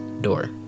door